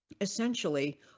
essentially